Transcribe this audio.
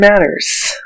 matters